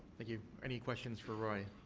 thank you. any questions for roy?